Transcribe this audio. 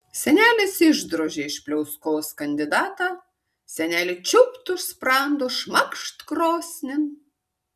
senelis išdrožė iš pliauskos kandidatą senelė čiūpt už sprando šmakšt krosnin